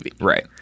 Right